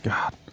God